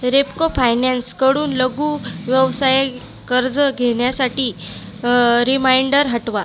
रेपको फायनान्सकडून लघु व्यवसाय कर्ज घेण्यासाठी रिमाइंडर हटवा